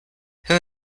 who